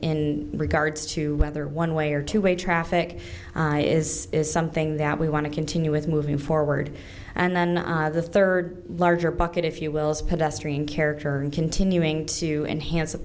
in regards to whether one way or two way traffic is is something that we want to continue with moving forward and then the third larger bucket if you will is pedestrian character in continuing to enhance a